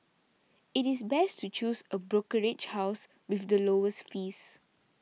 it is best to choose a brokerage house with the lowest fees